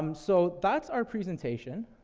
um so that's our presentation.